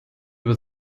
was